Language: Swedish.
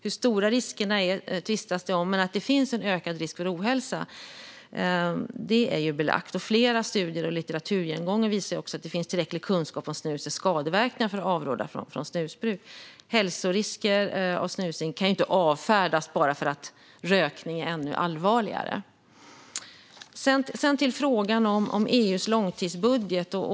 Hur stora riskerna är tvistas det om. Men att det finns en ökad risk för ohälsa är belagt. Flera studier och litteraturgenomgångar visar också att det finns tillräcklig kunskap om snusets skadeverkningar för att avråda från snusbruk. Hälsorisker av snusning kan inte avfärdas bara för att rökning är ännu allvarligare. Sedan till frågan om EU:s långtidsbudget.